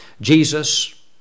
Jesus